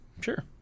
sure